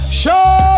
show